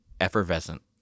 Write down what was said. Effervescent